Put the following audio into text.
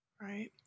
Right